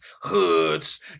hoods